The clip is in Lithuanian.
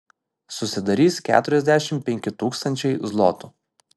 susidarys keturiasdešimt penki tūkstančiai zlotų